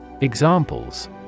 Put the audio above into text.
Examples